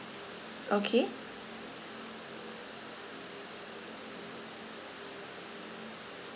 okay